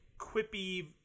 quippy